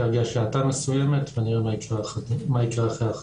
כעת יש האטה מסוימת, ונראה מה יקרה אחרי החגים.